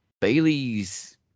Bailey's